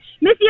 Missy